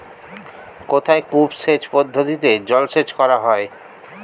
কোথায় কূপ সেচ পদ্ধতিতে জলসেচ করা হয়?